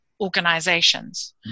organizations